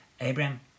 Abraham